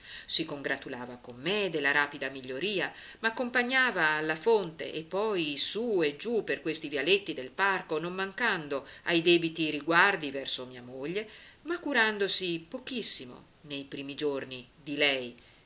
si congratulava con me della rapida miglioria m'accompagnava alla fonte e poi su e giù per i vialetti del parco non mancando ai debiti riguardi verso mia moglie ma curandosi pochissimo nei primi giorni di lei